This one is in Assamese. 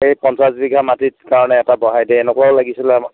সেই পঞ্চাশ বিঘা মাটিৰ কাৰণে এটা বহাই দিয়ে এনেকুৱাই লাগিছিলে আমাক